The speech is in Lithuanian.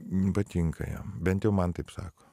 patinka jam bent jau man taip sako